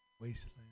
wasteland